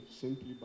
simply